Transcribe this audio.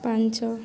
ପାଞ୍ଚ